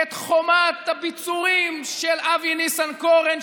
את חומת הביצורים של אבי ניסנקורן,